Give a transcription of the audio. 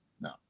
No